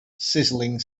sizzling